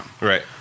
Right